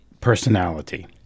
personality